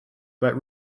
but